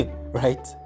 right